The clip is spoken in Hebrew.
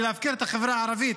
ולהפקיר את החברה הערבית.